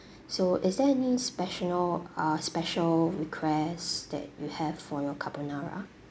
so is there any special uh special requests that you have for your carbonara